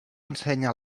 ensenya